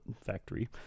factory